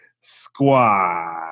squad